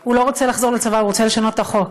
הוא לא רוצה לחזור לצבא, הוא רוצה לשנות את החוק.